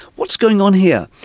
what's going on here?